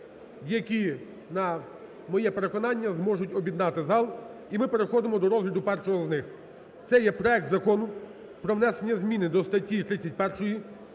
які на моє переконання зможуть об'єднати зал і ми переходимо до розгляду першого з них. Це є проект Закону про внесення зміни до статті 31